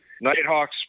Nighthawks